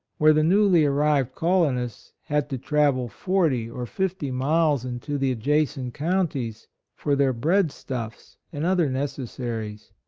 where the newly arrived colonists had to travel forty or fifty miles into the adjacent counties for their bread stuffs and other necessaries.